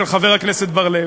של חבר הכנסת בר-לב.